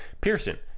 Pearson